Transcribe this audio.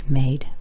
made